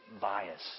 bias